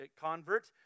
convert